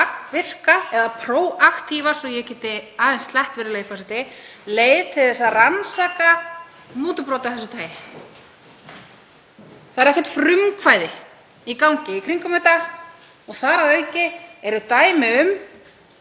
eða próaktífa, svo að ég sletti aðeins, virðulegi forseti, leið til að rannsaka mútubrot af þessu tagi. Það er ekkert frumkvæði í gangi í kringum þetta. Þar að auki eru dæmi um